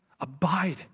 Abide